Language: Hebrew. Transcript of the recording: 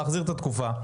להחזיר את התקופה.